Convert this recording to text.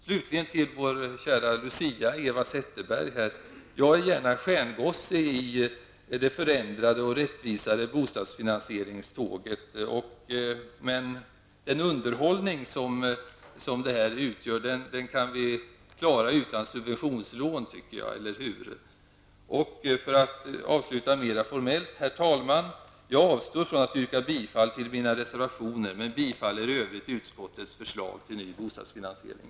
Slutligen till vår kära lucia Eva Zetterberg: Jag är gärna stjärngosse i det förändrade och rättvisare bostadsfinansieringståget, men den underhållning som detta utgör kan vi klara utan subventionslån, eller hur? För att avsluta mera formellt: Herr talman! Jag avstår från att yrka bifall till mina reservationer, men tillstyrker i övrigt utskottets förslag till ny bostadsfinansiering.